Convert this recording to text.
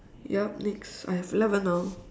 yup next I have eleven now